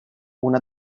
una